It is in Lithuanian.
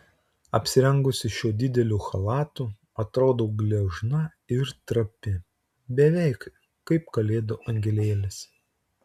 apsirengusi šiuo dideliu chalatu atrodau gležna ir trapi beveik kaip kalėdų angelėlis